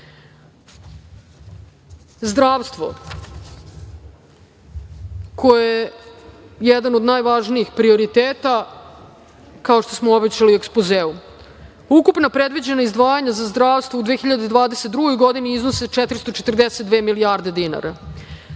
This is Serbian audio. detalje. Zdravstvo, koje je jedan od najvažnijih prioriteta, kao što smo obećali u ekspozeu. Ukupna predviđena izdvajanja za zdravstvo u 2022. godini iznose 442 milijarde dinara.